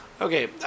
Okay